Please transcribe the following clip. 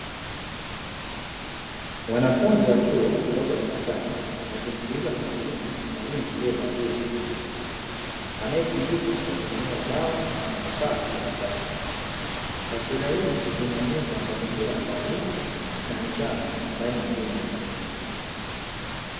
Wanafunzi wa chuo wako darasani, wakimsikiliza kwa makini mwalimu aliyevalia suti; anayefundisha kwa kutumia ubao na vifaa vya kisasa. Taswira hii inaonyesha mazingira ya taaluma na nidhamu ndani ya elimu ya juu.